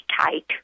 tight